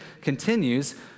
continues